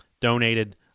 donated